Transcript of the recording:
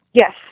Yes